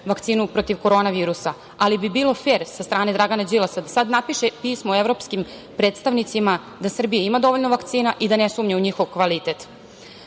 vakcinu protiv korona virusa, ali bi bilo fer sa strane Dragana Đilasa da sada napiše pismo evropskim predstavnicima da Srbija ima dovoljno vakcina i da ne sumnja u njihov kvalitet. Toliko